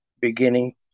beginning